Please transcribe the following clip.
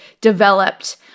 developed